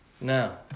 Now